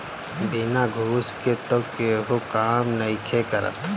बिना घूस के तअ केहू काम नइखे करत